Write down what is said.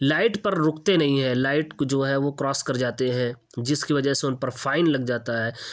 light پر رکتے نہیں ہیں لائٹ جو ہے وہ کراس کر جاتے ہیں جس کی وجہ سے ان پر فائن لگ جاتا ہے